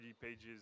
pages